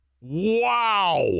Wow